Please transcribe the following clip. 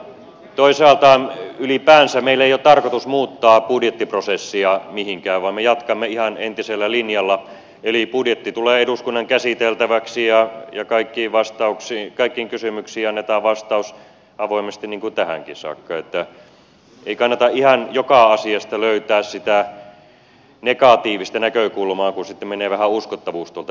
toisaalta ylipäänsä meillä ei ole tarkoitus muuttaa budjettiprosessia mihinkään vaan me jatkamme ihan entisellä linjalla eli budjetti tulee eduskunnan käsiteltäväksi ja kaikkiin kysymyksiin annetaan vastaus avoimesti niin kuin tähänkin saakka niin että ei kannata ihan joka asiasta löytää sitä negatiivista näkökulmaa kun sitten menee vähän uskottavuus tuolta yleiseltä kritiikiltä